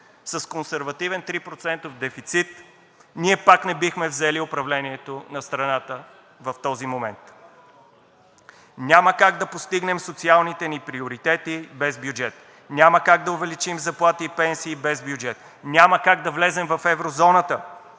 с консервативен трипроцентов дефицит, ние пак не бихме взели управлението на страната в този момент. Няма как да постигнем социалните ни приоритети без бюджет, няма как да увеличим заплати и пенсии без бюджет, няма как да влезем в еврозоната,